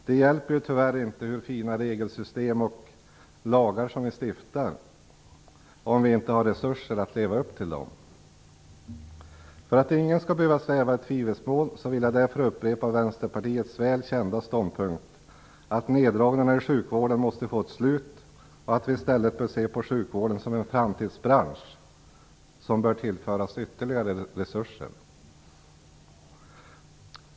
Det hjälper tyvärr inte hur fina regelsystem vi åstadkommer och hur fina lagar vi stiftar, om vi inte har resurser att leva upp till dem. För att ingen skall behöva sväva i tvivelsmål vill jag upprepa Vänsterpartiets väl kända ståndpunkt, att neddragningarna i sjukvården måste få ett slut och att vi i stället bör se på sjukvården som en framtidsbransch som bör tillföras ytterligare resurser.